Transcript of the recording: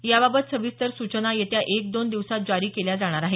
याबाबत सविस्तर सूचना येत्या एक दोन दिवसात जारी केल्या जाणार आहेत